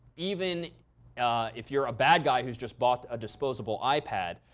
even if you're a bad guy who's just bought a disposable ipad,